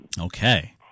Okay